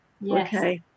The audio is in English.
Yes